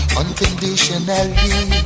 unconditionally